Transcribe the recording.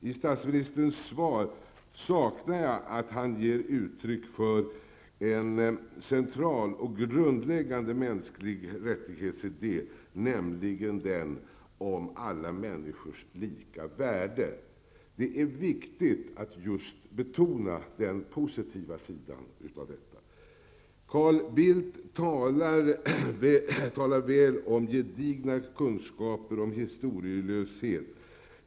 I svaret saknar jag statsministerns uttryck för en central och grundläggande idé för de mänskliga rättigheterna, nämligen den om alla människors lika värde. Det är viktigt att betona just den positiva sidan av detta. Carl Bildt talar väl om gedigna kunskaper och om historielöshet.